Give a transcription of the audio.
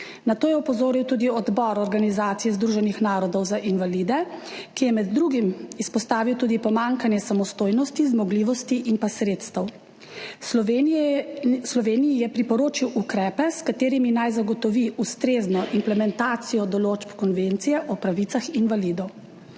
Na to je opozoril tudi odbor Organizacije združenih narodov za invalide, ki je med drugim izpostavil tudi pomanjkanje samostojnosti, zmogljivosti in sredstev. Sloveniji je priporočil ukrepe, s katerimi naj zagotovi ustrezno implementacijo določb Konvencije o pravicah invalidov.